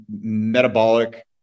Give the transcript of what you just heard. metabolic